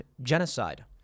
genocide